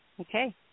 Okay